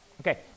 Okay